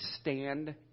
stand